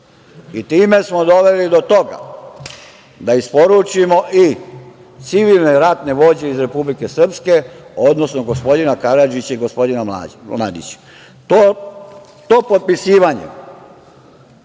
Time smo doveli do toga da isporučimo i civilne ratne vođe iz Republike Srpske, odnosno gospodina Karadžića i gospodina Mladića. To potpisivanje